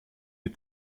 les